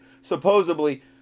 supposedly